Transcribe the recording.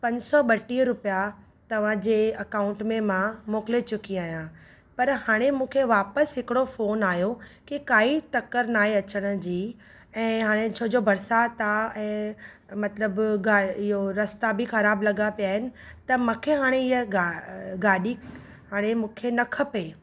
पंज सौ ॿटीय रुपया तव्हां जे अकाउंट में मां मोकले चुकी आहियां पर हाणे मूंखे वापसि हिकड़ो फ़ोन आयो की काई तकड़ि नाहे अचण जी ऐं हाणे छो जो बरसाति आहे ऐं मतिलब इहो रास्ता बि ख़राब लॻा पिया आहिनि त मूंखे इहा गा गाॾी हाणे मूंखे न खपे